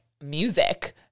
music